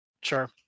Sure